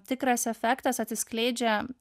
tikras efektas atsiskleidžia